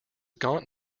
gaunt